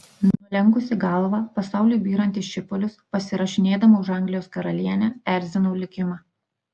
nulenkusi galvą pasauliui byrant į šipulius pasirašinėdama už anglijos karalienę erzinau likimą